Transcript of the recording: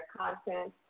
content